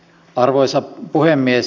arvoisa puhemies